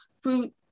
fruit